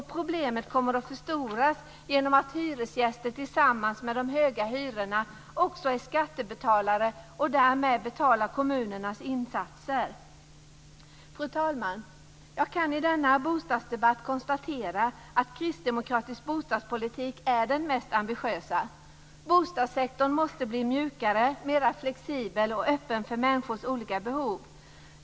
Problemet kommer att förstoras genom att hyresgäster - förutom att de har höga hyror - också är skattebetalare och därmed betalar kommunernas insatser. Fru talman! Jag kan i denna bostadsdebatt konstatera att kristdemokratisk bostadspolitik är den mest ambitiösa. Bostadssektorn måste bli mjukare och mer flexibel och öppen för människors olika behov.